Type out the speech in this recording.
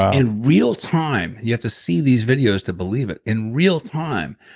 um in real time, you have to see these videos to believe it. in real time,